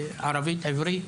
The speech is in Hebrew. בערבית ובעברית,